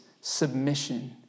submission